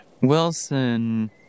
Wilson